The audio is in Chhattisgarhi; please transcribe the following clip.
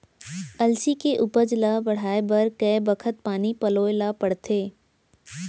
अलसी के उपज ला बढ़ए बर कय बखत पानी पलोय ल पड़थे?